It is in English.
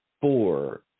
four